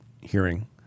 hearing